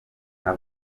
aha